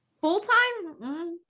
Full-time